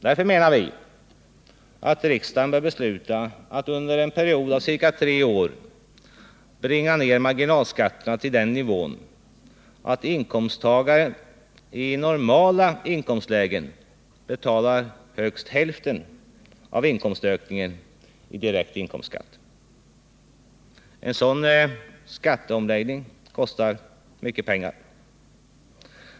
Därför menar vi att riksdagen bör besluta att under en period på ca tre år bringa ner marginalskatterna till den nivån att inkomsttagare i normala inkomstlägen betalar högst hälften av inkomstökningen i direkt En sådan skatteomläggning kostar mycket pengar.